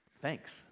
thanks